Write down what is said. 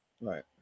Right